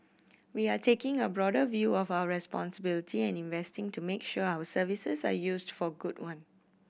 we are taking a broader view of our responsibility and investing to make sure our services are used for good one